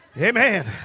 Amen